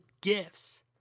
gifts